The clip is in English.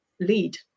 lead